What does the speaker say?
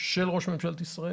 של ראש ממשלת ישראל,